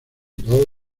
todos